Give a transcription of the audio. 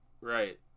right